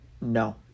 No